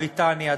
בריטניה,